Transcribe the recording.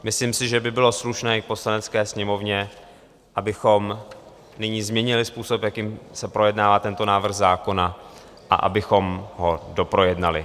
Myslím si, že by bylo slušné i v Poslanecké sněmovně, abychom nyní změnili způsob, jakým se projednává tento návrh zákona, a abychom ho doprojednali.